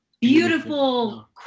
beautiful